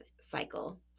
cycle